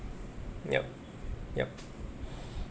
yup yup